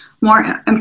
more